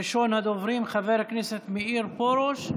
ראשון הדוברים, חבר הכנסת מאיר פרוש,